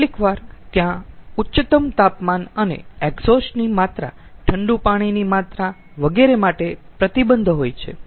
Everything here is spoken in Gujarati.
કેટલીકવાર ત્યાં ઉચ્ચતમ તાપમાન અને એક્ઝોસ્ટ ની માત્રા ઠંડુ પાણીની માત્રા વગેરે માટે પ્રતિબંધ હોય છે